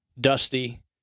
dusty